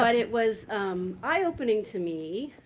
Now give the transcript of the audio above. but it was eye-opening to me,